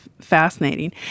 fascinating